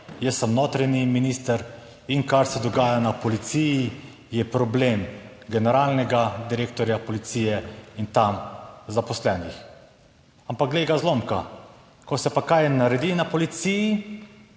jaz sem notranji minister in kar se dogaja na policiji, je problem generalnega direktorja policije in tam zaposlenih. Ampak glej ga zlomka, ko se pa kaj naredi na policiji,